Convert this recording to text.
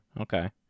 Okay